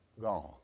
Gone